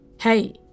Hey